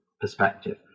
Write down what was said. perspective